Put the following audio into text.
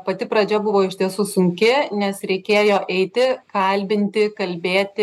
pati pradžia buvo iš tiesų sunki nes reikėjo eiti kalbinti kalbėti